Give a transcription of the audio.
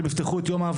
אם יפתחו את יום העבודה,